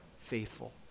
faithful